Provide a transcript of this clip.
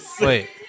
Wait